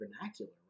vernacular